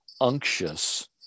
unctuous